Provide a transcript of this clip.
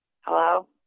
Hello